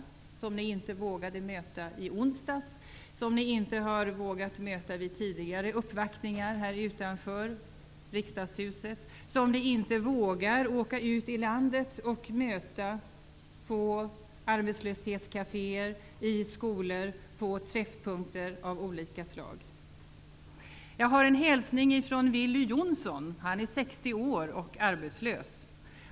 Det gäller människor som ni inte vågade möta i onsdags, som ni inte har vågat möta vid tidigare uppvaktningar utanför Riksdagshuset eller som ni inte vågar möta på arbetslöshetskaféer, i skolor och på träffpunkter av olika slag ute i landet. Jag har en hälsning från Willy Jonsson. Han är 60 år och är arbetslös.